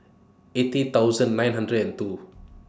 eighty thousand nine hundred and two